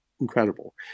incredible